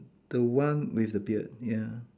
the one with the beard ya